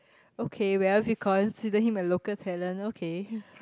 okay well if you consider him a local talent okay